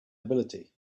ability